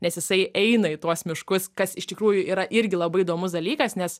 nes jisai eina į tuos miškus kas iš tikrųjų yra irgi labai įdomus dalykas nes